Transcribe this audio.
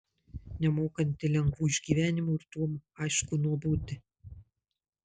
nemokanti lengvų išgyvenimų ir tuom aišku nuobodi